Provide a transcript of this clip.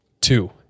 two